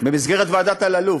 במסגרת ועדת אלאלוף,